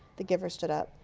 the giver stood up.